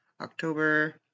October